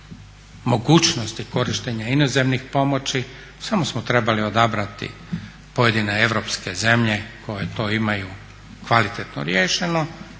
to imaju kvalitetno riješeno